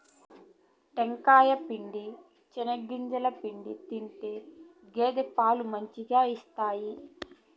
టెంకాయ పిండి, చెనిగింజల పిండి తింటే గేదెలు మంచిగా ఇస్తాయి